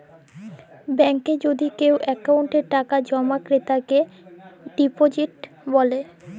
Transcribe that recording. ব্যাংকে যদি কেও অক্কোউন্টে টাকা জমা ক্রেতাকে ডিপজিট ব্যলে